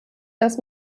dass